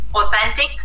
authentic